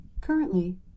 Currently